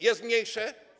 Jest mniejsze?